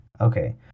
okay